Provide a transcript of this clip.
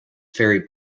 ferry